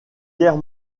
guerre